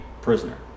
prisoner